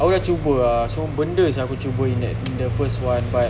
aku dah cuba ah semua benda sia aku cuba in that in the first one but